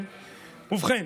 ובכן,